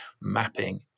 mapping